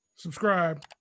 subscribe